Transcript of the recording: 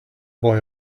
boy